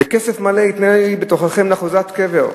"בכסף מלא יתננה לי בתוככם לאחזת קבר",